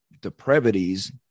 depravities